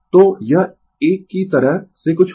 तो यह एक की तरह से कुछ होगा